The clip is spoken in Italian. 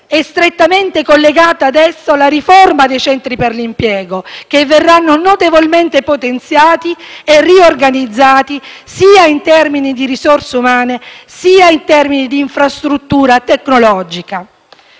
è strettamente collegata ad esso la riforma dei centri per l'impiego, che verranno notevolmente potenziati e riorganizzati, sia in termini di risorse umane sia in termini di infrastruttura tecnologica.